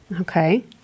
Okay